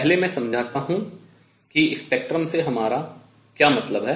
पहले मैं समझाता हूँ कि स्पेक्ट्रम से हमारा क्या मतलब है